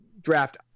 draft